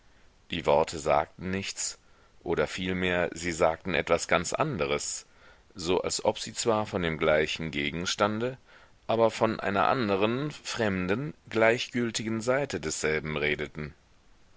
die worte sagten nichts oder vielmehr sie sagten etwas ganz anderes so als ob sie zwar von dem gleichen gegenstande aber von einer anderen fremden gleichgültigen seite desselben redeten